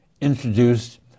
introduced